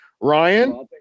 Ryan